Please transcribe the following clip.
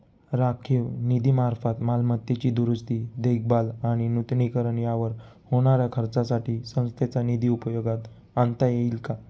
राखीव निधीमार्फत मालमत्तेची दुरुस्ती, देखभाल आणि नूतनीकरण यावर होणाऱ्या खर्चासाठी संस्थेचा निधी उपयोगात आणता येईल का?